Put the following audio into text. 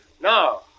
No